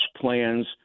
plans